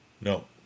No